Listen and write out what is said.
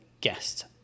guest